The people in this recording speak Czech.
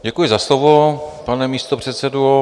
Děkuji za slovo, pane místopředsedo.